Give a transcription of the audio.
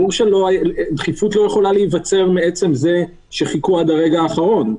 ברור שדחיפות לא יכולה להיווצר מעצם זה שחיכו עד הרגע האחרון.